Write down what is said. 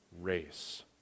race